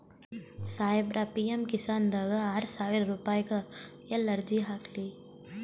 ಸಾಹೇಬರ, ಪಿ.ಎಮ್ ಕಿಸಾನ್ ದಾಗ ಆರಸಾವಿರ ರುಪಾಯಿಗ ಎಲ್ಲಿ ಅರ್ಜಿ ಹಾಕ್ಲಿ?